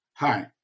Hi